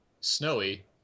Snowy